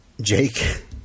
Jake